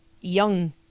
young